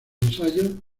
ensayos